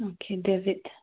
okay debit